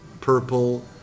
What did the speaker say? purple